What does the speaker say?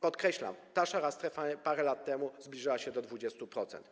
Podkreślam: ta szara strefa parę lat temu zbliżała się do 20%.